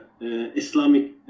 Islamic